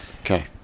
Okay